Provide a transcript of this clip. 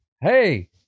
Hey